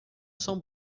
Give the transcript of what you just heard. são